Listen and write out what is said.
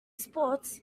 sports